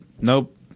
nope